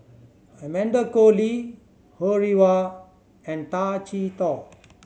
Amanda Koe Lee Ho Rih Hwa and Tay Chee Toh